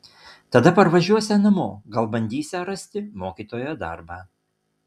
tada parvažiuosią namo gal bandysią rasti mokytojo darbą